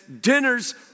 dinner's